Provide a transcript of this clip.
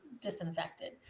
disinfected